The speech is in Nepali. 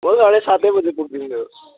म त सातै बजी पुगिदिन्छु